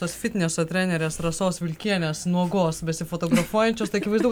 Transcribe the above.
tos fitneso trenerės rasos vilkienės nuogos besifotografuojančios akivaizdu